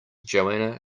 johanna